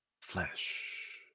Flesh